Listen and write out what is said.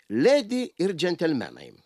ledi ir džentelmenai